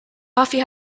buffy